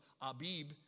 Abib